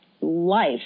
life